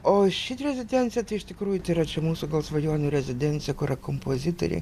o šiaip rezidencija tai iš tikrųjų tai yra čia mūsų svajonių rezidencija kur yra kompozitorė